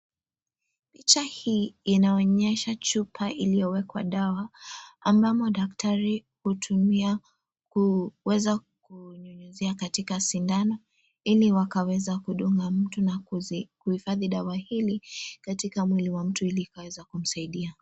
Picha hii inaonyesha chupa iliyowekwa dawa ambamo daktari hutumia kuweza kunyunyizia katika sindano, ili wakaweza kudunga mtu na kuzihifadhi dawa hili katika mwili wa mtu ili ikaweza kumsaidia.